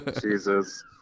Jesus